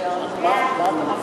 נא להצביע.